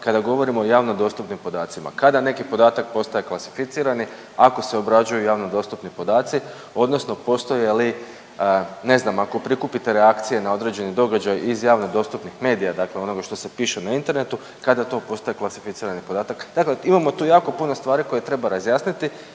kada govorimo o javno dostupnim podacima. Kada neki podatak postaje klasificirani? Ako se obrađuju javno dostupni podaci, odnosno postoje li ne znam ako prikupite reakcije na određeni događaj iz javno dostupnih medija, dakle onoga što se piše na internetu kada to postaje klasificirani podatak. Dakle, imamo tu jako puno stvari koje treba razjasniti,